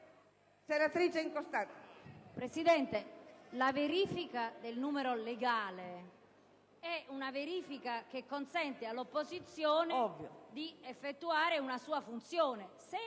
Presidente, la verifica del numero legale è una procedura che consente all'opposizione di effettuare una sua funzione.